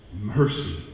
mercy